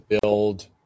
build